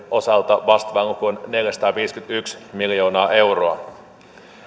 osalta vastaava luku on neljäsataaviisikymmentäyksi miljoonaa euroa